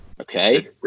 Okay